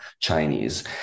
Chinese